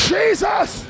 Jesus